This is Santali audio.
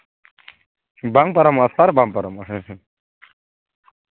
ᱵᱟᱝ ᱯᱟᱨᱚᱢᱚᱜᱼᱟ ᱥᱟᱨ ᱵᱟᱝ ᱯᱟᱨᱚᱢᱚᱜᱼᱟ ᱦᱮᱸ ᱦᱮᱸ